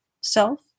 self